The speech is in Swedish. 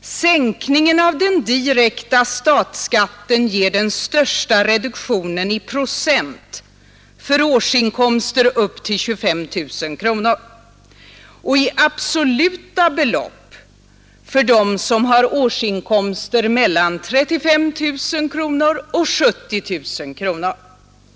sänkningen av den direkta statsskatten ger den största reduktionen i procent för årsinkomster upp till 25 000 kronor och i absoluta belopp för dem som har årsinkomster mellan 35 000 och 70 000 kronor.